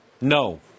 No